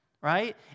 right